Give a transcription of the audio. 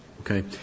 Okay